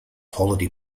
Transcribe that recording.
holiday